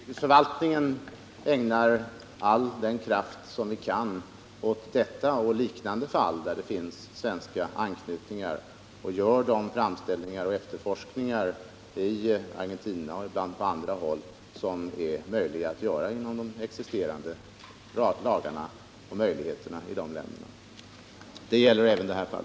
Herr talman! Utrikesförvaltningen ägnar all den kraft som vi kan åt detta och liknande fall, där det finns svenska anknytningar, och vi gör de framställningar och efterforskningar — i Argentina och ibland på andra håll — som det är möjligt att göra med hänsyn till existerande lagar och bestämmelser i de aktuella länderna. Det gäller även detta fall.